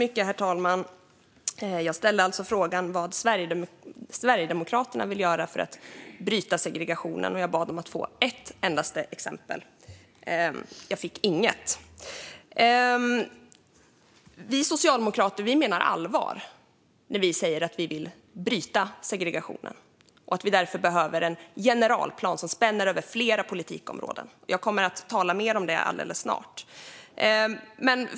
Herr talman! Jag ställde alltså frågan om vad Sverigedemokraterna vill göra för att bryta segregationen, och jag bad om att få ett endaste exempel. Jag fick inget. Vi socialdemokrater menar allvar när vi säger att vi vill bryta segregationen, och det behövs därför en generalplan som spänner över flera politikområden. Jag kommer att tala mer om det snart.